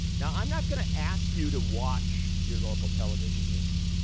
now, i'm not going to ask you to watch your local television news.